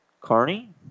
Carney